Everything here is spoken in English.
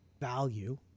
value